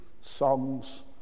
songs